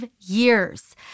years